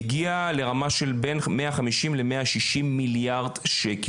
זה הגיע לרמה של בין מאה חמישים למאה שישים מיליארד שקל.